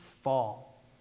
fall